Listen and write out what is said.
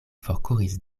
forkuris